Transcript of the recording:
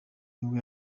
nibwo